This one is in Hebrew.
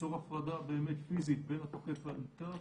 ליצור הפרדה באמת פיזית בין התוקף לנתקף.